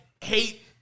hate